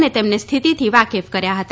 અને તેમને સ્થિતિથી વાફેક કર્યા હતા